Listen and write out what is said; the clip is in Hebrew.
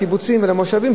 לקיבוצים ולמושבים,